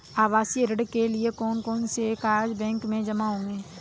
आवासीय ऋण के लिए कौन कौन से कागज बैंक में जमा होंगे?